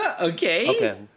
okay